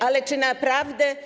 Ale czy naprawdę?